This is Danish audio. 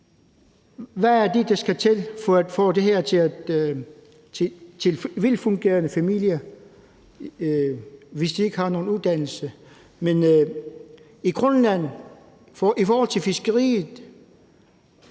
hvad er det, der skal til for at få en velfungerende familie, hvis de ikke har nogen uddannelse? Men i forhold til fiskeriet